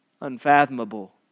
unfathomable